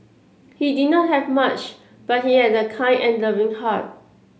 he did not have much but he had a kind and loving heart